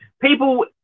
people